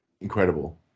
Incredible